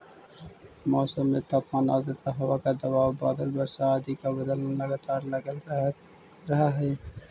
मौसम में तापमान आद्रता हवा का दबाव बादल वर्षा आदि का बदलना लगातार लगल रहअ हई